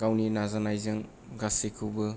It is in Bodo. गावनि नाजानायजों गासैखौबो